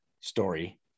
story